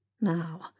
Now